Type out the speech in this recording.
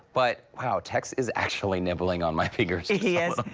but how tax is actually nibbling on my figures he he has